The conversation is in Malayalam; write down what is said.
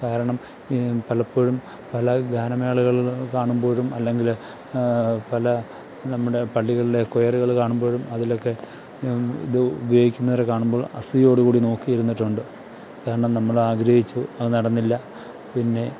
കാരണം പലപ്പോഴും പല ഗാനമേളകളിൽ കാണുമ്പോഴും അല്ലെങ്കിൽ പല നമ്മുടെ പള്ളികളിലെ ക്വയറുകൾ കാണുമ്പോഴും അതിലൊക്കെ ഇത് ഉപയോഗിക്കുന്നവരെ കാണുമ്പോൾ അസൂയയോടുകൂടി നോക്കിയിരുന്നിട്ടുണ്ട് കാരണം നമ്മൾ ആഗ്രഹിച്ചു അത് നടന്നില്ല പിന്നെ